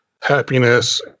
happiness